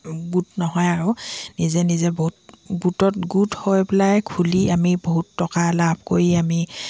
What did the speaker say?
গোট নহয় আৰু নিজে নিজে বহুত গোটত গোট হৈ পেলাই খুলি আমি বহুত টকা লাভ কৰি আমি